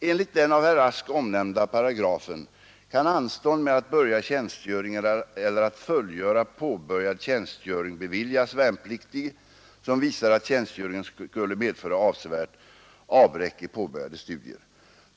Enligt den av herr Rask omnämnda paragrafen kan anstånd med att börja tjänstgöring eller att fullgöra påbörjad tjänstgöring beviljas värnpliktig som visar att tjänstgöringen skulle medföra avsevärt avbräck i påbörjade studier.